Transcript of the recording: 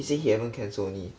he say he haven't cancel only